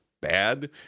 bad